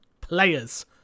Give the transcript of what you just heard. players